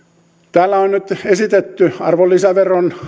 täällä on nyt esitetty arvonlisäveron